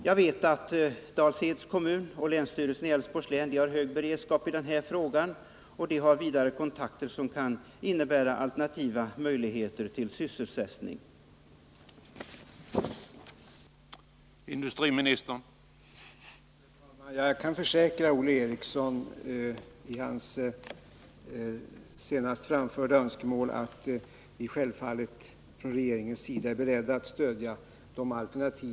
Jag vet att Dals-Eds kommun och länsstyrelsen i Älvsborgs län har hög beredskap i den här frågan. De har vidare kontakter som kan innebära alternativa möjligheter till sysselsättning — kontakter som också innebär att ett starkt samhällsstöd kan behövas.